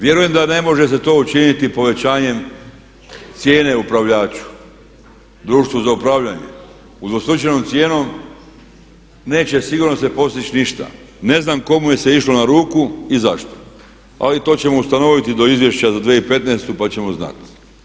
Vjerujem da ne može se to učiniti povećanjem cijene upravljaču, društvu za upravljanje, udvostručenom cijenom neće sigurno se postići ništa, ne znam komu se je išlo na ruku i zašto ali to ćemo ustanoviti do izvješća za 2015. pa ćemo znati.